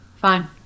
fine